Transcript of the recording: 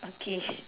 okay